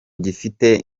gifite